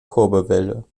kurbelwelle